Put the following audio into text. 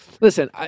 Listen